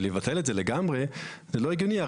אבל לבטל את זה לגמרי זה לא הגיוני.